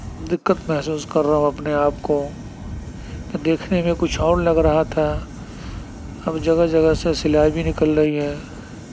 دقت محسوس کر رہا ہوں اپنے آپ کو کہ دیکھنے میں کچھ اور لگ رہا تھا اب جگہ جگہ سے سلائی بھی نکل رہی ہے